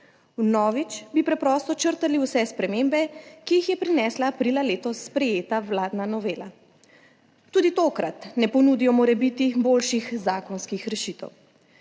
Vnovič bi preprosto črtali vse spremembe, ki jih je prinesla aprila letos sprejeta vladna novela. Tudi tokrat ne ponudijo morebiti boljših zakonskih rešitev